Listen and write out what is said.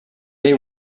they